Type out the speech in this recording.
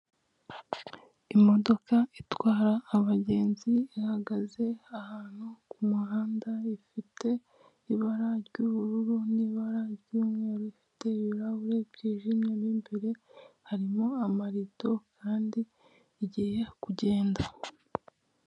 Imodoka itwara abagenzi ihagaze ahantu ku kumuhanda ifite ibara ry'ubururu n'ibara ry'umweru rifite ibirahure byijimye imbere harimo amarido kandi igiye kugenda.